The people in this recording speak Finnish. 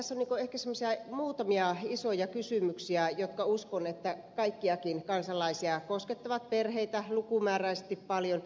tässä on ehkä semmoisia muutamia isoja kysymyksiä joiden uskon koskettavan kaikkiakin kansalaisia perheitä lukumääräisesti paljon